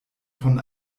von